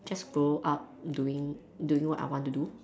just grow up doing doing what I want to do